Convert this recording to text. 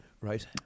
Right